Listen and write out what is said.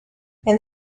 and